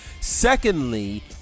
Secondly